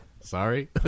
sorry